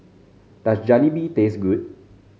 does Jalebi taste good